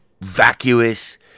vacuous